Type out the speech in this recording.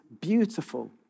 beautiful